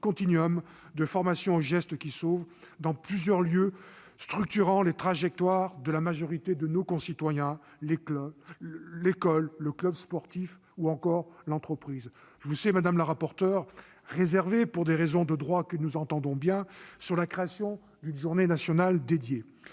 continuum de formation aux gestes qui sauvent entre plusieurs lieux structurant la trajectoire de la majorité de nos concitoyens : l'école, le club sportif ou encore l'entreprise. Je vous sais réservée, madame la rapporteure, pour des raisons de droit que nous entendons bien, sur la création d'une journée nationale dédiée.